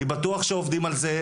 אני בטוח שעובדים על זה,